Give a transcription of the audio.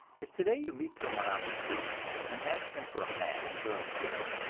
if today you meet someone on the street and ask him for a match or a pin,